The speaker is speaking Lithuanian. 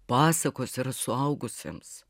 pasakos yra suaugusiems